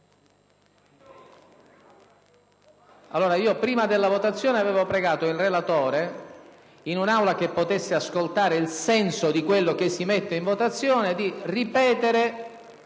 votazione. Prima della votazione, avevo pregato il relatore, in un'Aula che potesse ascoltare il senso di quello che si mette in votazione, di ripetere